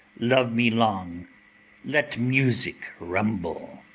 love me long let music rumble,